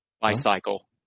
Bicycle